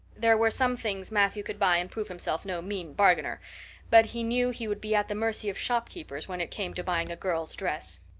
there were some things matthew could buy and prove himself no mean bargainer but he knew he would be at the mercy of shopkeepers when it came to buying a girl's dress.